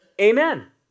amen